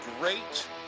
great